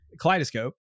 Kaleidoscope